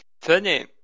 Funny